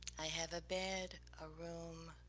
i have a bed, a room,